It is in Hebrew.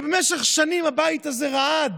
ובמשך שנים הבית הזה רעד: